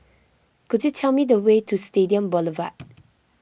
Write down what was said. could you tell me the way to Stadium Boulevard